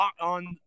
on –